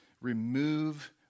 Remove